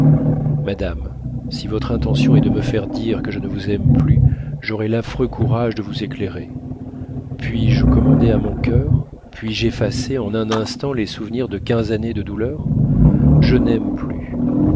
madame si votre intention est de me faire dire que je ne vous aime plus j'aurai l'affreux courage de vous éclairer puis-je commander à mon coeur puis-je effacer en un instant les souvenirs de quinze années de douleur je n'aime plus